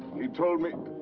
he told me.